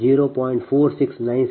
4520 p